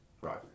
right